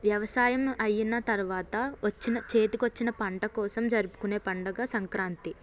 వ్యవసాయం అయిన తరువాత వచ్చిన చేతికి వచ్చిన పంట కోసం జరుపుకునే పండుగ సంక్రాంతి